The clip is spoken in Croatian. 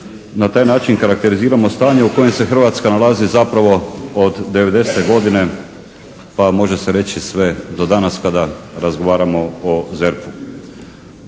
na taj način karakteriziramo stanje u kojem se Hrvatska nalazi zapravo od '90. godine pa može se reći sve do danas kada razgovaramo o ZERP-u.